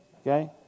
Okay